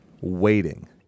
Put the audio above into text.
waiting